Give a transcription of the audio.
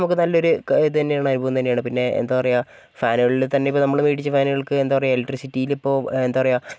നമുക്ക് നല്ലൊരു കാ ഇത് തന്നെയാണ് അനുഭവം തന്നെയാണ് പിന്നെ എന്താണ് പറയുക ഫാനുകളിൽ തന്നെ ഇപ്പോൾ നമ്മൾ മേടിച്ച ഫാനുകൾക്ക് എന്താണ് പറയുക എലെക്ട്രിസിറ്റിയിൽ ഇപ്പോൾ എന്താണ് പറയുക